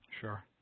Sure